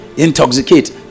Intoxicate